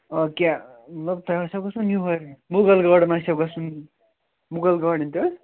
آ کیٛاہ مطلب تۄہہِ آسٮوٕ گَژھُن یوٚہے مُغل گارڑن آسٮ۪و گَژھُن مُغل گارڑن تہِ